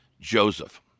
Joseph